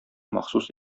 махсус